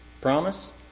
promise